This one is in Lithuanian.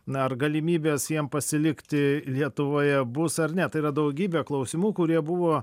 na ar galimybės jiem pasilikti lietuvoje bus ar ne tai yra daugybė klausimų kurie buvo